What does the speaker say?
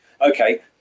okay